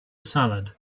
salad